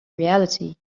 reality